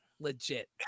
legit